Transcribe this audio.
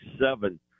seven